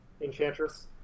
Enchantress